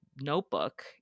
notebook